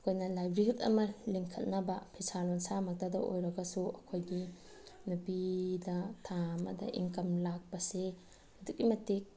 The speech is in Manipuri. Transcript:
ꯑꯩꯈꯣꯏꯅ ꯂꯥꯏꯐꯂꯤꯍꯨꯠ ꯑꯃ ꯂꯤꯡꯈꯠꯅꯕ ꯐꯤꯁꯥ ꯂꯣꯟꯁꯥꯃꯛꯇꯗ ꯑꯣꯏꯔꯒꯁꯨ ꯑꯩꯈꯣꯏꯒꯤ ꯅꯨꯄꯤꯗ ꯊꯥ ꯑꯃꯗ ꯏꯟꯀꯝ ꯂꯥꯛꯄꯁꯦ ꯑꯗꯨꯛꯀꯤ ꯃꯇꯤꯛ